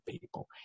people